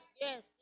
yes